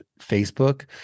Facebook